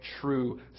true